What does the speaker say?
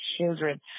children